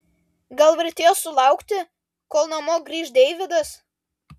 gal vertėjo sulaukti kol namo grįš deividas